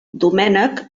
domènec